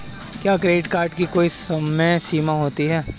क्या credit card की कोई समय सीमा होती है?